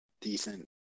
decent